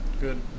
Good